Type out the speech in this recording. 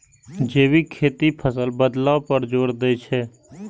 जैविक खेती फसल बदलाव पर जोर दै छै